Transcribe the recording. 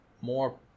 more